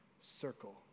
circle